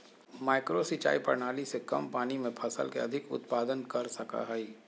micro सिंचाई प्रणाली से कम पानी में फसल के अधिक उत्पादन कर सकय हइ